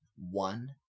One